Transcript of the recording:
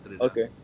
Okay